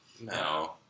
No